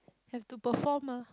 have to perform mah